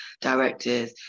directors